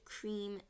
cream